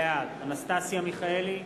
בעד אנסטסיה מיכאלי,